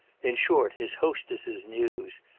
in short his hostess's news,